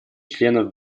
членов